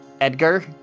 Edgar